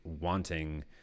wanting